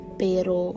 pero